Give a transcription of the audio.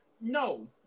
no